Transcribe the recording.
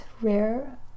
rare